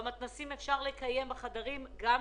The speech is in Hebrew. במתנ"סים אפשר לקיים לימודים.